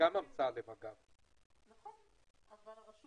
זו רשות